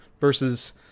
Versus